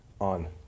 on